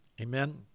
amen